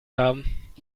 haben